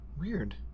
Weird